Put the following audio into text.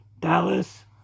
Dallas